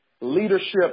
Leadership